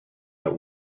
that